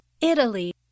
Italy